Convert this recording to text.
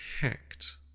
hacked